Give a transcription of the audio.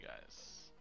guys